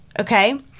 Okay